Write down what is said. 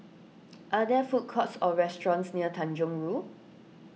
are there food courts or restaurants near Tanjong Rhu